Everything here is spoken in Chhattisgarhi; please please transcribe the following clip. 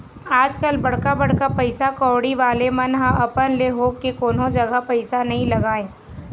आजकल बड़का बड़का पइसा कउड़ी वाले मन ह अपन ले होके कोनो जघा पइसा नइ लगाय